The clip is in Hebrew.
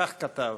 וכך כתב: